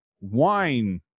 wine